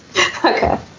Okay